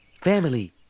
Family